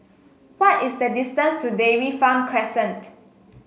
why is the distance to Dairy Farm Crescent